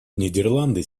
нидерланды